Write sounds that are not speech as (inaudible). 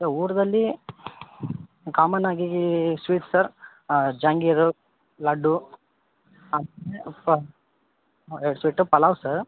ಊಟದಲ್ಲಿ ಕಾಮನ್ ಆಗೀ sweet sir jangiri laddu (unintelligible) ಎರ್ಡು ಸ್ವೀಟು ಪಲಾವು ಸರ್